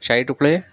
شاہی ٹکڑے